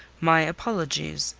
my apologies.